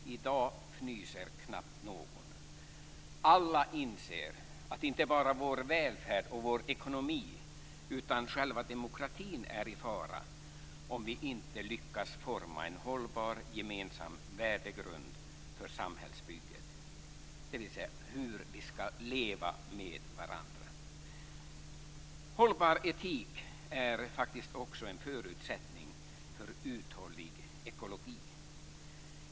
I dag fnyser knappt någon. Alla inser att inte bara vår välfärd och vår ekonomi utan också själva demokratin är i fara om vi inte lyckas forma en hållbar gemensam värdegrund för samhällsbygget, dvs. hur vi skall leva med varandra. En hållbar etik är faktiskt också en förutsättning för en uthållig ekologi.